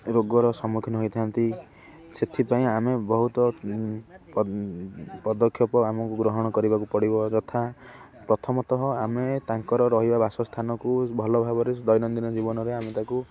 ରୋଗର ସମ୍ମୁଖୀନ ହୋଇଥାନ୍ତି ସେଥିପାଇଁ ଆମେ ବହୁତ ପଦକ୍ଷେପ ଆମକୁ ଗ୍ରହଣ କରିବାକୁ ପଡ଼ିବ ଯଥା ପ୍ରଥମତଃ ଆମେ ତାଙ୍କର ରହିବା ବାସସ୍ଥାନକୁ ଭଲ ଭାବରେ ଦୈନନ୍ଦିନ ଜୀବନରେ ଆମେ ତାକୁ